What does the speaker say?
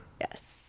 Yes